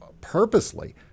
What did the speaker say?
purposely